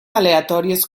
aleatòries